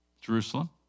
Jerusalem